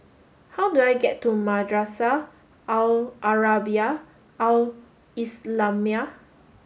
how do I get to Madrasah Al Arabiah Al Islamiah